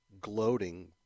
gloating